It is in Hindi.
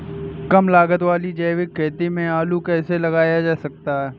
कम लागत वाली जैविक खेती में आलू कैसे लगाया जा सकता है?